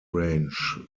range